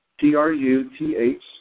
T-R-U-T-H